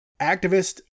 Activist